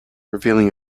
revealing